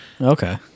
Okay